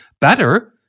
better